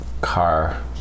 car